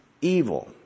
evil